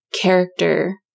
character